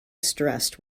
stressed